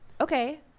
Okay